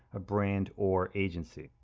a brand, or agency.